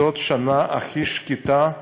זאת השנה הכי שקטה,